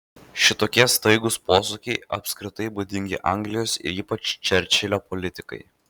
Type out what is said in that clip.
šitokie staigūs posūkiai apskritai būdingi anglijos ir ypač čerčilio politikai